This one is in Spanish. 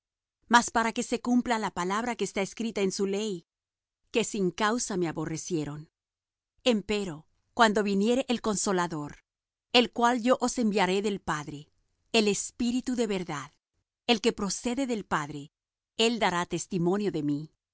mas para que se cumpla la palabra que está escrita en su ley que sin causa me aborrecieron empero cuando viniere el consolador el cual yo os enviaré del padre el espíritu de verdad el cual procede del padre él dará testimonio de mí